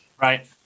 Right